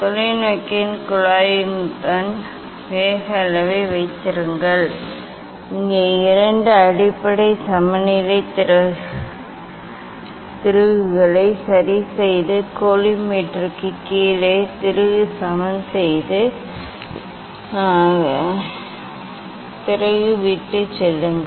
தொலைநோக்கியின் குழாயுடன் வேக அளவை வைத்திருங்கள் இங்கே இரண்டு அடிப்படை சமநிலை திருகுகளை சரிசெய்து கோலிமேட்டருக்குக் கீழே திருகு சமன் செய்து கோலிமேட்டருக்குக் கீழே திருகு விட்டுச் செல்லுங்கள்